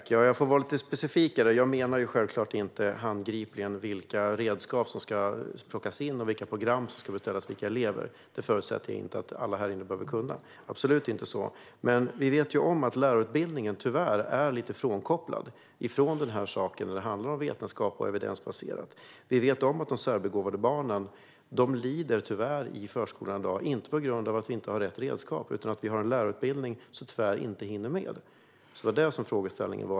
Fru talman! Jag får vara lite mer specifik. Jag menar självklart inte vilka redskap som handgripligen ska plockas in och vilka program som ska beställas till vilka elever. Det förutsätter jag inte att alla här inne behöver kunna, absolut inte. Men vi vet att lärarutbildningen tyvärr är lite frånkopplad från det här med vetenskap och evidensbasering. Vi vet att de särbegåvade barnen tyvärr lider i förskolan i dag - inte på grund av att vi inte har rätt redskap utan på grund av att vi har en lärarutbildning som tyvärr inte hinner med. Det var det här som var min frågeställning.